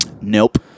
Nope